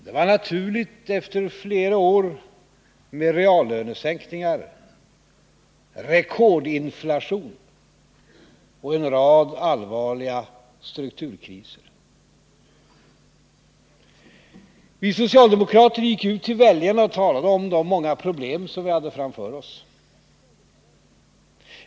Det var naturligt efter flera år med reallönesänkningar, rekordinflation och en rad allvarliga strukturkriser. Vi socialdemokrater gick ut till väljarna och talade om de många problem som vi hade framför oss.